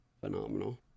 phenomenal